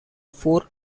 four